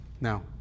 Now